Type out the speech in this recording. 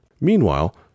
Meanwhile